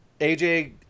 AJ